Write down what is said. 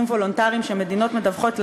וולונטריים שמדינות מדווחות לאו"ם,